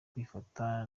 kwifata